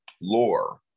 lore